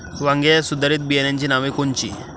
वांग्याच्या सुधारित बियाणांची नावे कोनची?